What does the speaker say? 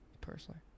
Personally